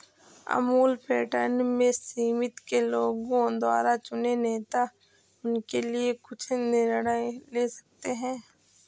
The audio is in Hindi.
अमूल पैटर्न में समिति के लोगों द्वारा चुने नेता उनके लिए कुछ निर्णय ले सकते हैं